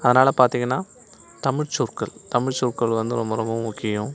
அதனால் பார்த்தீங்கன்னா தமிழ் சொற்கள் தமிழ் சொற்கள் வந்து ரொம்ப ரொம்ப முக்கியம்